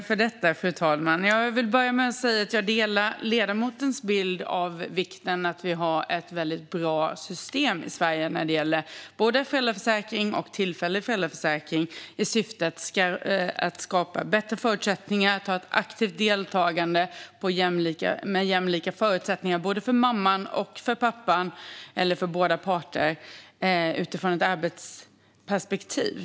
Fru talman! Jag vill börja med att säga att jag delar ledamotens bild av vikten av att vi har ett bra system i Sverige när det gäller föräldraförsäkring och tillfällig föräldraförsäkring i syfte att skapa bättre förutsättningar för föräldrar att delta aktivt. Det handlar om jämlika förutsättningar för både mammor och pappor utifrån ett arbetsperspektiv.